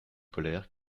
polaire